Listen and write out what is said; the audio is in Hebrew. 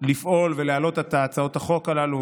לפעול ולהעלות את הצעות החוק הללו,